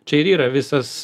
čia ir yra visas